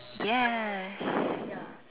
yes